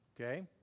Okay